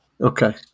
Okay